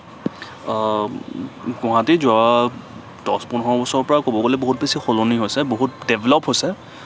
গুৱাহাটী যোৱা দহ পোন্ধৰ বছৰৰ পৰা ক'ব গ'লে বহুত বেছি সলনি হৈছে বহুত ডেভেলপ হৈছে